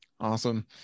Awesome